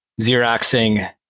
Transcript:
Xeroxing